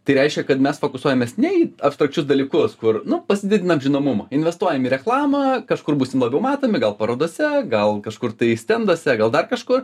tai reiškia kad mes fokusuojamės ne į abstrakčius dalykus kur pasididinam žinomumą investuojam į reklamą kažkur būsim labiau matomi gal parodose gal kažkur tai stenduose gal dar kažkur